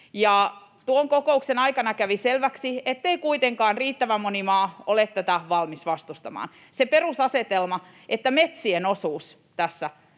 tuon kokouksen aikana kävi selväksi, ettei kuitenkaan riittävän moni maa ole tätä valmis vastustamaan. Se perusasetelma, että metsien osuus tässä